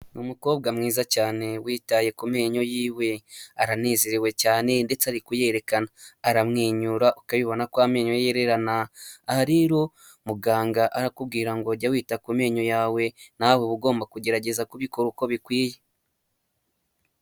Ni umukobwa mwiza cyane witaye ku menyo yiwe, aranezerewe cyane ndetse ari kuyerekana, aramwenyura ukabibona ko amenyo ye yererana, aha rero muganga arakubwira ngo jya wita ku menyo yawe nawe uba ugomba kugerageza kubikora uko bikwiye.